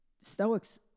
stoics